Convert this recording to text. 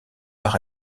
par